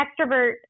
extrovert